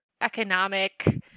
economic